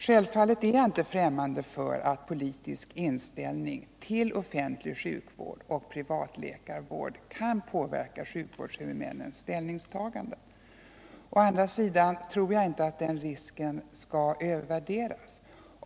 Självfallet är jag inte främmande för att politisk inställning till offentlig sjukvård och privatläkarvård kan påverka sjukvårdshuvudmännens ställningstagande. Å andra sidan tror jag inte att den risken skall övervärderas.